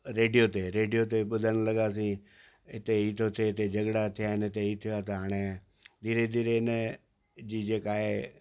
radio ते radio ते हुते ॿुधण लॻियासीं इते ई थो थिए हिते झॻिड़ा थिया आहिनि इते ई थियो आहे त हाणे धीरे धीरे हिनजी जे का आहे